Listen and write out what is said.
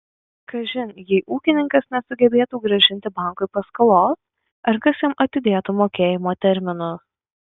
kažin jei ūkininkas nesugebėtų grąžinti bankui paskolos ar kas jam atidėtų mokėjimo terminus